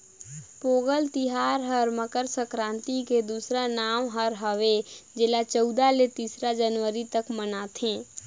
पोगंल तिहार हर मकर संकरांति के दूसरा नांव हर हवे जेला चउदा ले सतरा जनवरी तक मनाथें